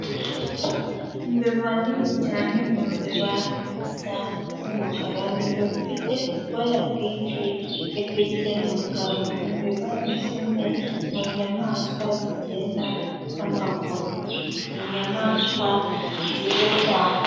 Imbeba nini cyane, ni imbeba isa n'umukara, ni imbeba ifite ubwoya bwinshi, ifite n'ubwanwa, imbeba ni zimwe mu nyamaswa zigenda n'amaguru. Ni inyamaswa nziza cyane.